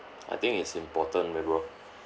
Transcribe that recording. I think it's important man bro